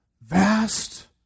vast